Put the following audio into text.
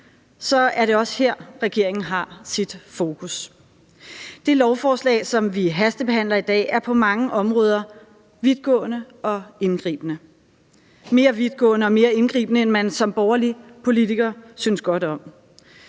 er det også her, regeringen har sit fokus. Det lovforslag, som vi hastebehandler i dag, er på mange områder vidtgående og indgribende – mere vidtgående og mere indgribende, end man som borgerlig politiker synes godt om.